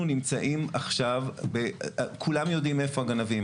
אנחנו נמצאים עכשיו כולם יודעים מאיפה הגנבים.